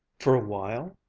for a while?